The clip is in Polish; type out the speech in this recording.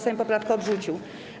Sejm poprawkę odrzucił.